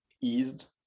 eased